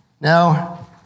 Now